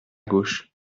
gauche